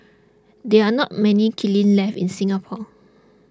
there are not many kilns left in Singapore